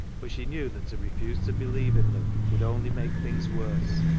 but she knew that to refuse to believe in them would only make things worse.